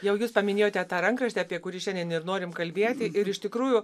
jau jūs paminėjote tą rankraštį apie kurį šiandien ir norim kalbėti ir iš tikrųjų